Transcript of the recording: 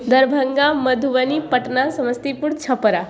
Darbhanga Madhubani Patna Samastipur Chhapra